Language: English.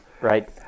Right